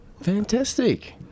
Fantastic